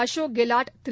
Ashok Gehlot Thiru